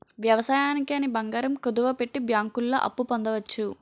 వ్యవసాయానికి అని బంగారం కుదువపెట్టి బ్యాంకుల్లో అప్పు పొందవచ్చు